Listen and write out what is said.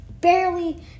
barely